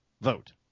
vote